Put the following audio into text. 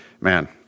Man